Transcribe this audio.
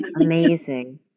amazing